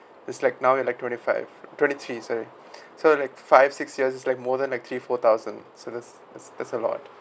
it's like now you're like twenty five twenty three sorry so like five six years is like more than three four thousand so that's that's a lot